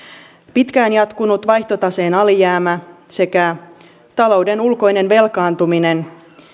pitkään jatkunut vaihtotaseen alijäämä sekä talouden ulkoinen velkaantuminen